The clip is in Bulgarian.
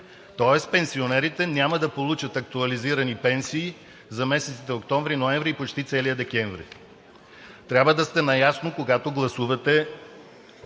Тоест пенсионерите няма да получат актуализирани пенсии за месеците октомври, ноември и почти целия декември. Трябва да сте наясно, когато гласувате